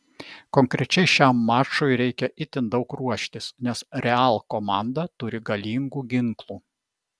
konkrečiai šiam mačui reikia itin daug ruoštis nes real komanda turi galingų ginklų